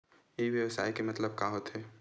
ई व्यवसाय के मतलब का होथे?